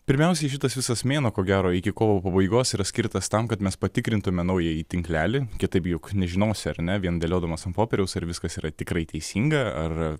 pirmiausiai šitas visas mėnuo ko gero iki kovo pabaigos yra skirtas tam kad mes patikrintume naująjį tinklelį kitaip juk nežinosi ar ne vien dėliodamas ant popieriaus ar viskas yra tikrai teisinga ar